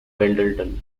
pendleton